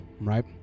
right